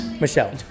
Michelle